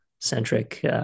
centric